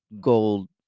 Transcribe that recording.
gold